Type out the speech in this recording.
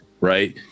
right